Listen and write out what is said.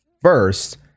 first